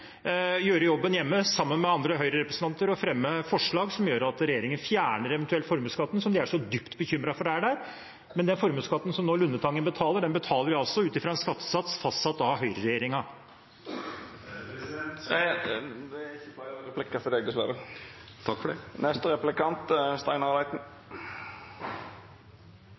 gjøre jobben hjemme sammen med andre Høyre-representanter og fremme forslag som gjør at regjeringen eventuelt fjerner formuesskatten, som de er så dypt bekymret for er der. Men den formuesskatten som Lundetangen nå betaler, den betaler de altså ut fra en skattesats fastsatt av Høyre-regjeringa. Kristelig Folkeparti har i en årrekke hatt programfestet en innretning av formuesskatten der det